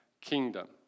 kingdom